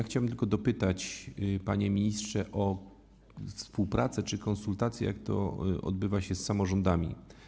Chciałem tylko dopytać, panie ministrze, o współpracę czy konsultację, jaka odbywa się z samorządami.